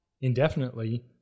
indefinitely